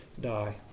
die